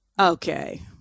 Okay